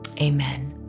amen